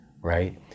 Right